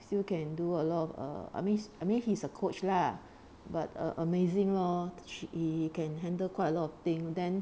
still can do a lot of err I mean I mean he's a coach lah but a~ amazing lor she he can handle quite a lot of thing then